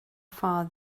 far